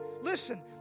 listen